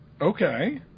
Okay